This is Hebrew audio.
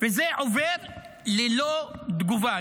וזה עובר ללא תגובה.